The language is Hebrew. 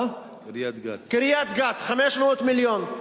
קריית-גת, 500 מיליון.